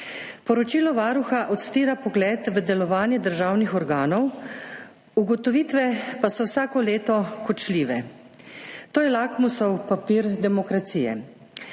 Poročilo Varuha odstira vpogled v delovanje državnih organov, ugotovitve pa so vsako leto kočljive. To je lakmusov papir demokracije.